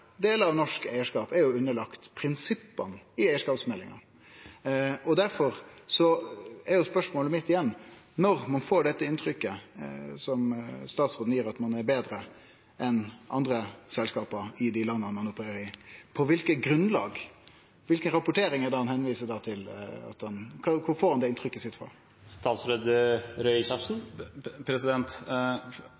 delar av norsk eigarskap er underlagt prinsippa i eigarskapsmeldinga. Difor er spørsmålet mitt igjen: Når ein får dette inntrykket som statsråden gir, at ein er betre enn andre selskap i dei landa ein opererer i – kva for rapporteringar er det han viser til? Kvar får han det